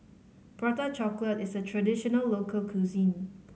Prata Chocolate is a traditional local cuisine